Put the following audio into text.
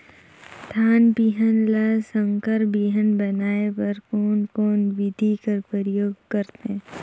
धान बिहान ल संकर बिहान बनाय बर कोन कोन बिधी कर प्रयोग करथे?